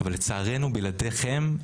אבל לצערנו, בלעדיכם,